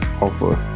offers